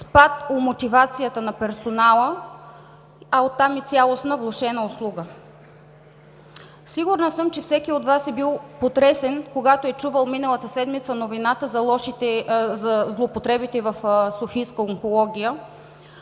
спад у мотивацията на персонала, а от там и цялостна влошена услуга. Сигурна съм, че всеки от Вас е бил потресен, когато е чувал миналата седмица новината за злоупотребите в Софийска онкология,